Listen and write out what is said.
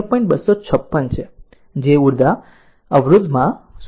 256 છે જે અવરોધમાં 0